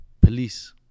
Police